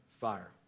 fire